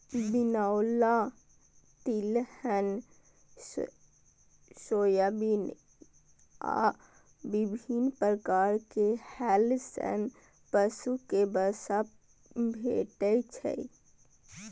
बिनौला, तिलहन, सोयाबिन आ विभिन्न प्रकार खल सं पशु कें वसा भेटै छै